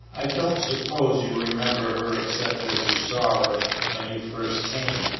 i don't suppose you remember her except as you saw her when you first came,